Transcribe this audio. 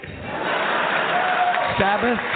Sabbath